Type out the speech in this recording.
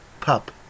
pup